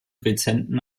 rezenten